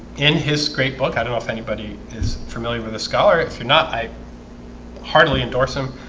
in his great book. i don't know if anybody is familiar with a scholar if you're not i heartily endorse him.